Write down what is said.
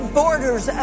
borders